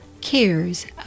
cares